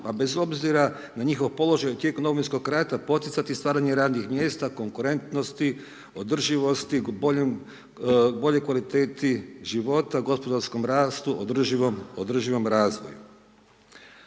pa bez obzira na njihov položaj u tijeku Domovinskog rata poticati stvaranje radnih mjesta, konkurentnosti, održivosti, boljoj kvaliteti života, gospodarskom rastu, održivom razvoju.